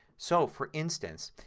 so, for instance,